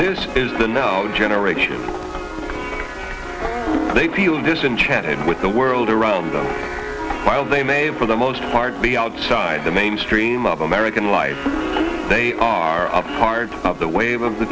this is the now generation they feel disenchanted with the world around them while they may for the most part be outside the mainstream of american life they are part of the wave of the